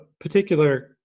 particular